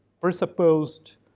presupposed